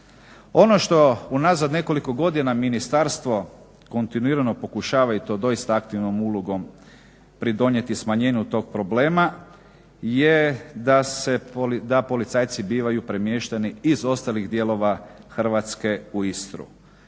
Ono što unazad nekoliko godina ministarstvo kontinuirano pokušava i to doista aktivnom ulogom pridonijeti smanjenju tog problema je da policajci bivaju premješteni iz ostalih dijelova Hrvatske u Istru.